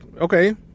okay